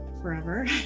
forever